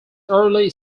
early